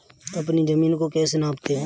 अपनी जमीन को कैसे नापते हैं?